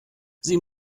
sie